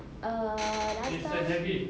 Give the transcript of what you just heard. uh last time